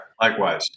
Likewise